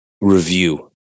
review